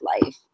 life